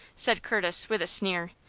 said curtis, with a sneer.